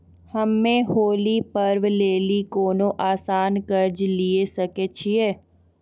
हम्मय होली पर्व लेली कोनो आसान कर्ज लिये सकय छियै?